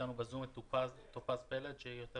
ב-זום יש לנו את טופז פלד שהוא יותר